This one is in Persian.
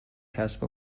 کسب